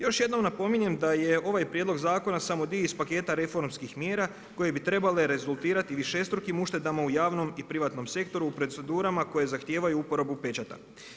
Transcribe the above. Još jednom napominjem da je ovaj prijedlog zakona samo dio iz paketa reformskih mjera koje bi trebale rezultirati višestrukim uštedama u javnom i privatnom sektoru u procedurama koje zahtijevaju uporabu pečata.